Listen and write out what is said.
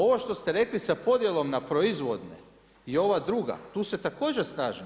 Ovo što ste rekli sa podjelom na proizvodne i ova druga, tu se također slažem.